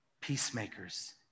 Peacemakers